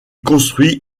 construit